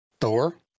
Thor